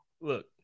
Look